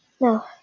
No